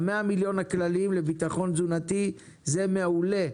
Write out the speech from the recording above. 100 מיליון הכלליים לביטחון תזונתי זה מעולה,